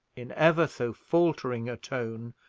in ever so faltering a tone,